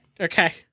Okay